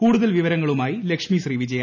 കൂടുതൽ വിവരങ്ങളുമായി ലക്ഷ്മി ശ്രീ വിജ്യ